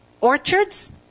orchards